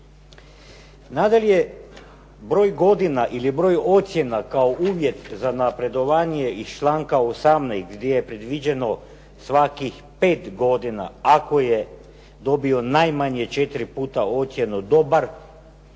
Nadalje, broj godina ili broj ocjena kao uvjet za napredovanje iz članka 18. gdje je predviđeno svakih pet godina ako je dobio najmanje četiri puta ocjenu dobar.